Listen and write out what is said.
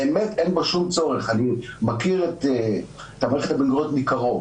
באמת אין בה שום צורך אני מכיר את המערכת הבן-גוריונית מקרוב,